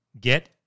get